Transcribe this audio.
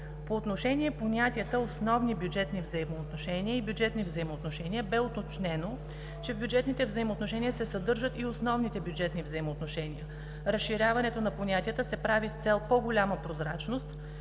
По отношение понятията „основни бюджетни взаимоотношения” и „бюджетни взаимоотношения” бе уточнено, че в „бюджетните взаимоотношения” се съдържат и „основните бюджетни взаимоотношения. Разширяването на понятията се прави с цел по-голяма прозрачност